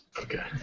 Okay